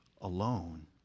alone